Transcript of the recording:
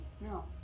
No